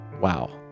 Wow